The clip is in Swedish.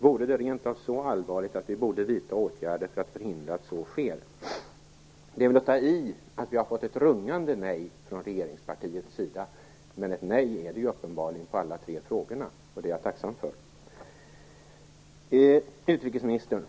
Vore det rent av så allvarligt att vi borde vidta åtgärder för att förhindra att så sker? Det är väl att ta i att vi har fått ett rungande nej från regeringspartiets sida, men ett nej är det uppenbarligen på alla tre frågorna, och det är jag tacksam för. Utrikesministern!